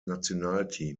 nationalteam